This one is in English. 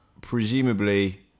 presumably